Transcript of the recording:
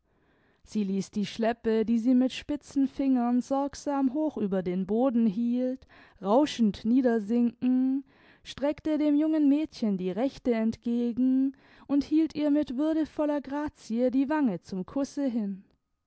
sie ließ die schleppe die sie mit spitzen fingern sorgsam hoch über den boden hielt rauschend niedersinken streckte dem jungen mädchen die rechte entgegen und hielt ihr mit würdevoller grazie die wange zum kusse hin